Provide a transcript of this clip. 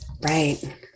Right